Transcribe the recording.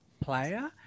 player